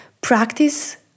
practice